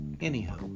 Anyhow